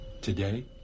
Today